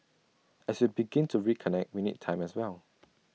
as we begin to reconnect we need time as well